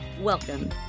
Welcome